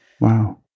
Wow